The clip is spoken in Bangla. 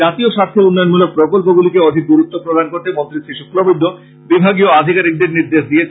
জাতীয় স্বার্থে উন্নয়নমূলক প্রকল্পগুলিকে অধিক গুরুত্ব প্রদান করতে মন্ত্রী শ্রীশুক্লবৈদ্য বিভাগীয় আধিকারীকদের নির্দেশ দিয়েছেন